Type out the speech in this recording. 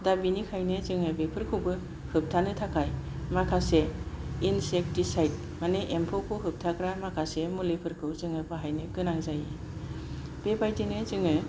दा बेनिखायनो जोङो बेफोरखौबो होबथानो थाखाय माखासे इनसेक्टिसाइट माने एम्फौखौ होबथाग्रा माखासे मुलिफोरखौ जोङो बाहायनो गोनां जायो बेबायदिनो जोङो